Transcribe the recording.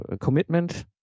commitment